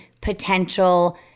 potential